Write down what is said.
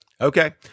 Okay